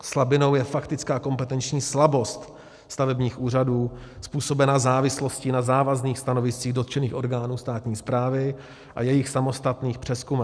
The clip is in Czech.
Slabinou je faktická kompetenční slabost stavebních úřadů způsobená závislostí na závazných stanoviscích dotčených orgánů státní správy a jejich samostatných přezkumech.